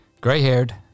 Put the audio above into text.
gray-haired